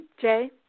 Jay